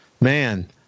man